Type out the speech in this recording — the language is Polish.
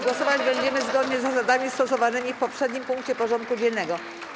Głosować będziemy zgodnie z zasadami stosowanymi w poprzednim punkcie porządku dziennego.